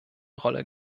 rolle